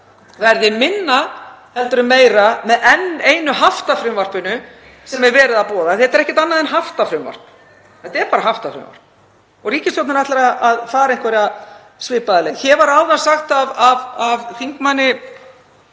verði minna heldur en meira með enn einu haftafrumvarpinu sem hér er verið að boða. Þetta er ekkert annað en haftafrumvarp. Þetta er bara haftafrumvarp og ríkisstjórnin ætlar að fara einhverja svipaða leið. Hér sagði áðan þingmaður